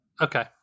Okay